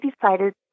decided